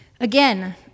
Again